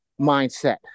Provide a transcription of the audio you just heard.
mindset